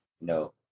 No